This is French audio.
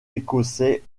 écossais